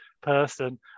person